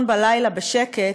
שלישון בלילה בשקט,